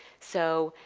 so,